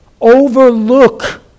overlook